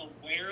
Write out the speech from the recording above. aware